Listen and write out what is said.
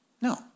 No